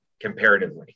comparatively